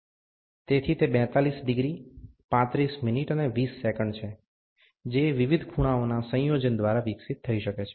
તેથી તે 42 degree 35 minute અને 20 સેકંડ છે જે વિવિધ ખૂણાઓના સંયોજન દ્વારા વિકસિત થઈ શકે છે